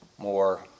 more